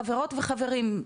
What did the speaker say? חברות וחברים,